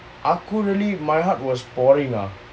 aku really my heart was pouring ah